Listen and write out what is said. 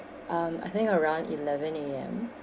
um I think around eleven A_M